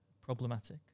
problematic